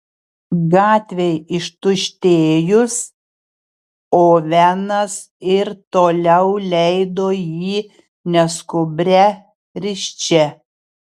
gatvei ištuštėjus ovenas ir toliau leido jį neskubria risčia